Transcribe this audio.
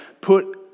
put